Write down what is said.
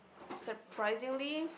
surprisingly